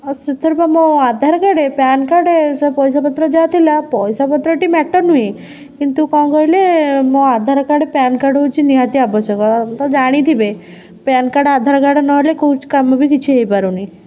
ଆଉ ସେଥିରେ ବା ମୋ ଆଧାର କାର୍ଡ଼ ପ୍ୟାନ୍ କାର୍ଡ଼ ସେ ପଇସା ପତ୍ର ଯାହାଥିଲା ପଇସା ପତ୍ରଟି ମ୍ୟାଟର ନୁହେଁ କିନ୍ତୁ କ'ଣ କହିଲେ ମୋ ଆଧାର କାର୍ଡ଼ ପ୍ୟାନ୍ କାର୍ଡ଼ ହେଉଛି ନିହାତି ଆବଶ୍ୟକ ତ ଜାଣିଥିବେ ପ୍ୟାନ୍ କାର୍ଡ଼ ଆଧାର କାର୍ଡ଼ ନହେଲେ କେଉଁ କାମ କିଛି ବି ହେଇପାରୁନି